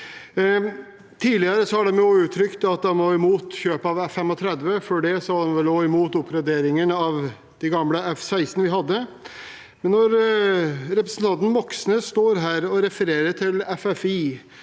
Tidligere har de uttrykt at de var imot kjøp av F-35. Før det var de vel også imot oppgraderingen av de gamle F-16 vi hadde. Når representanten Moxnes står her og refererer til